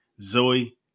Zoe